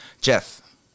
Jeff